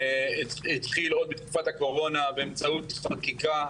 התחיל עוד בתקופת הקורונה באמצעות חקיקה.